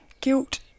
guilt